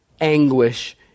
anguish